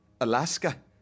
Alaska